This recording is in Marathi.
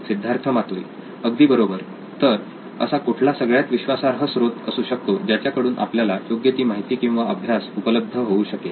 सिद्धार्थ मातुरीअगदी बरोबर तर असा कुठला सगळ्यात विश्वासार्ह स्रोत असू शकतो ज्याकडून आपल्याला योग्य ती माहिती किंवा अभ्यास उपलब्ध होऊ शकेल